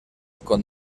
con